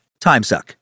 timesuck